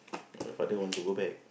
why your father want to go back